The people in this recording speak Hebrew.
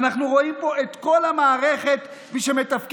ואנחנו רואים פה את כל המערכת שמתפקדת